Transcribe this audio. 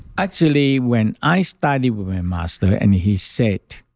actually, when i studied with my master and he said.